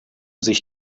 sich